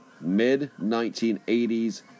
Mid-1980s